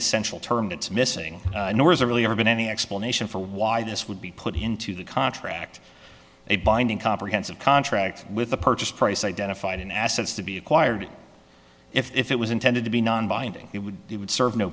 essential term that's missing nor is there really ever been any explanation for why this would be put into the contract a binding comprehensive contract with the purchase price identified in assets to be acquired if it was intended to be non binding it would be would serve no